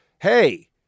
hey